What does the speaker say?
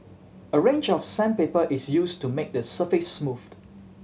a range of sandpaper is used to make the surface smooth